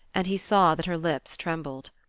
and he saw that her lips trembled.